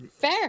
Fair